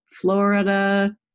Florida